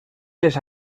les